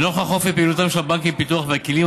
נוכח אופי פעילותם של הבנקים לפיתוח והכלים